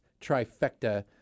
trifecta